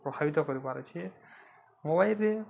ପ୍ରଭାବିତ କରିପାରିଛି ମୋବାଇଲରେ